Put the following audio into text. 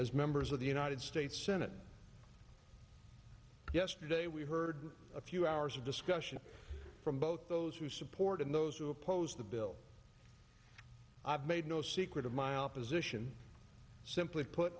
as members of the united states senate yesterday we heard a few hours of discussion from both those who support and those who oppose the bill i've made no secret of my opposition simply put